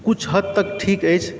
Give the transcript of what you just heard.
किछु हद तक ठीक अछि